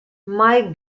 mike